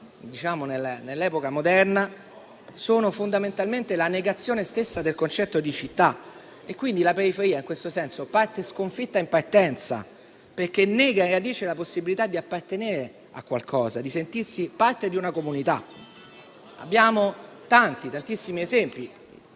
nell'epoca moderna, sono fondamentalmente la negazione stessa del concetto di città. Quindi, la periferia in questo senso parte sconfitta in partenza, perché nega in radice la possibilità di appartenere a qualcosa, di sentirsi parte di una comunità. Abbiamo tanti, tantissimi esempi,